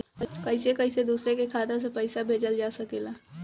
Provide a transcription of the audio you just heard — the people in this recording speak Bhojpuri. कईसे कईसे दूसरे के खाता में पईसा भेजल जा सकेला?